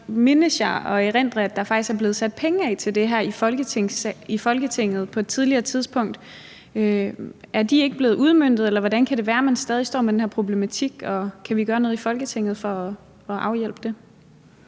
og erindrer jeg, at der faktisk er blevet sat penge af til det her i Folketinget på et tidligere tidspunkt. Er de ikke blevet udmøntet, eller hvordan kan det være, man stadig står med den her problematik? Og kan vi gøre noget i Folketinget for at afhjælpe det?